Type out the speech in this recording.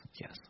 yes